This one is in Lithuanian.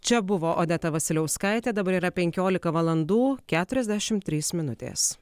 čia buvo odeta vasiliauskaitė dabar yra penkiolika valandų keturiasdešim trys minutės